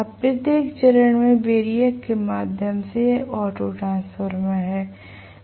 अब प्रत्येक चरण से वैरिएक के माध्यम से यह ऑटो ट्रांसफार्मर है